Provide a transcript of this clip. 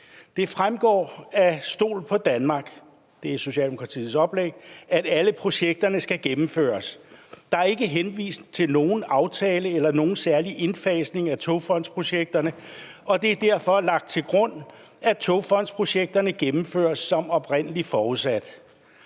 Det fremgår af »Stol på Danmark« – det er Socialdemokratiets oplæg – at alle projekterne skal gennemføres. Der er ikke henvist til nogen aftale eller nogen særlig indfasning af togfondsprojekterne, og det er derfor lagt til grund, at togfondsprojekterne gennemføres som oprindelig forudsat.